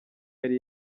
yari